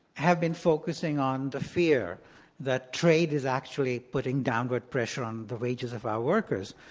have been focusing on the fear that trade has actually putting downward pressure on the wages of our workers.